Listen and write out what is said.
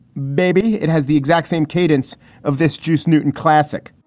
baby. it has the exact same cadence of this juice newton classic.